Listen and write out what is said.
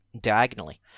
diagonally